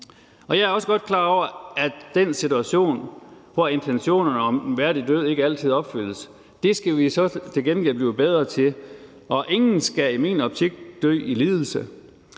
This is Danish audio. Jeg er også godt klar over, at der er en situation, hvor intentionerne om en værdig død ikke altid opfyldes, og det skal vi så til gengæld blive bedre til, og ingen skal i min optik dø i lidelse.